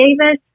Davis